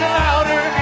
louder